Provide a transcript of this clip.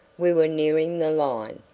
we were nearing the line.